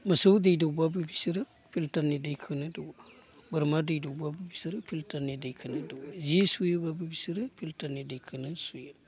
मोसौ दै दौब्लाबो बिसोरो फिल्टारनि दैखोनो दौवो बोरमा दै दौब्लाबो बिसोरो फिल्टारनि दैखोनो दौवो सुयोब्लाबो बिसोरो फिल्टारनि दैखोनो सुयो